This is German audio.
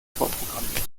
vorprogrammiert